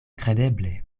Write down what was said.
kredeble